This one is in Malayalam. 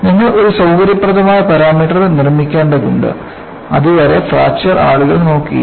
നിങ്ങൾ ഒരു സൌകര്യപ്രദമായ പാരാമീറ്റർ നിർമ്മിക്കേണ്ടതുണ്ട് അതുവരെ ഫ്രാക്ചർ ആളുകൾ നോക്കിയില്ല